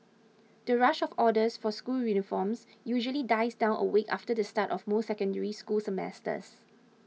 the rush of orders for school uniforms usually dies down a week after the start of most Secondary School semesters